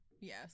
Yes